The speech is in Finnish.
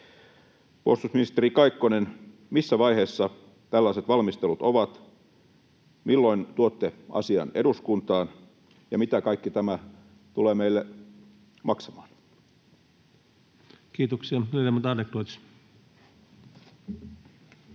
Puolustusministeri Kaikkonen, missä vaiheessa tällaiset valmistelut ovat, milloin tuotte asian eduskuntaan, ja mitä kaikki tämä tulee meille maksamaan? [Speech